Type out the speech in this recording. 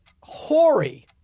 hoary